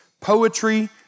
poetry